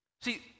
See